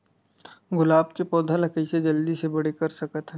गुलाब के पौधा ल कइसे जल्दी से बड़े कर सकथन?